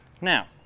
now